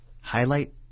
highlight